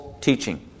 teaching